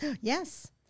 Yes